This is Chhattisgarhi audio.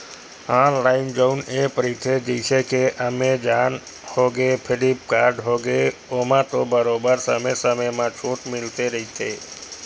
ऑनलाइन जउन एप रहिथे जइसे के एमेजॉन होगे, फ्लिपकार्ट होगे ओमा तो बरोबर समे समे म छूट मिलते रहिथे